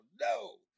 No